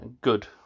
good